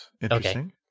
Interesting